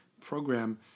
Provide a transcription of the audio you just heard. program